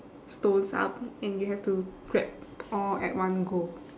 stones up and you have to grab all at one go